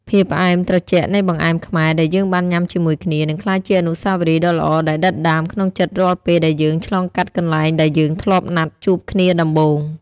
ភាពផ្អែមត្រជាក់នៃបង្អែមខ្មែរដែលយើងបានញ៉ាំជាមួយគ្នា នឹងក្លាយជាអនុស្សាវរីយ៍ដ៏ល្អដែលដិតដាមក្នុងចិត្តរាល់ពេលដែលយើងឆ្លងកាត់កន្លែងដែលយើងធ្លាប់ណាត់ជួបគ្នាដំបូង។